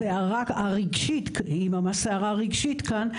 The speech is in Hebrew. הסערה הרגשית היא ממש סערה רגשית כאן.